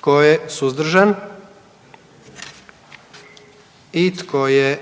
Tko je suzdržan? I tko je